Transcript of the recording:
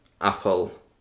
Apple